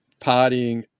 partying